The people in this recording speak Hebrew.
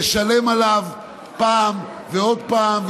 לשלם עליו פעם ועוד פעם,